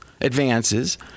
advances